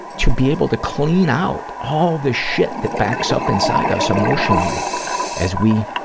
to be able to clean out all the shit that backs up inside us emotionally as we,